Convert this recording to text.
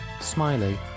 Smiley